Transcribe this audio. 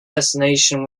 destination